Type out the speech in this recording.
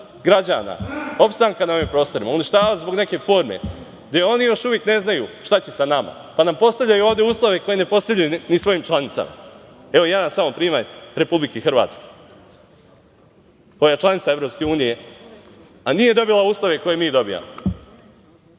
građana, opstanka na ovim prostorima, uništavati zbog neke forme, gde oni još uvek ne znaju šta će sa nama, pa nam postavljaju ovde uslove koje ne postavljaju ni svojim članicama. Evo, primer Republike Hrvatske, koja je članica EU a nije dobila uslove koje mi dobijamo. Svašta